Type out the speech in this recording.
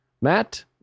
Matt